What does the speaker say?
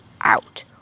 out